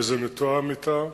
וזה מתואם אתה,